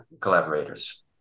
collaborators